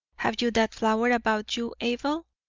have you that flower about you, abel?